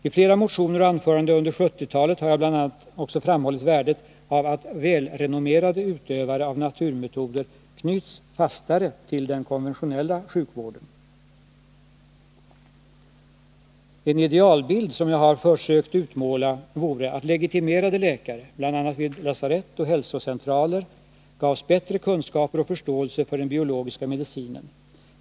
I flera motioner och anföranden under 1970-talet har jag bl.a. också framhållit värdet av att välrenommerade utövare av naturmetoder knyts fastare till den konventionella sjukvården. En idealbild som jag har försökt utmåla vore att legitimerade läkare bl.a. vid lasarett och hälsocentraler gavs bättre kunskaper om och förståelse för den biologiska medicinen.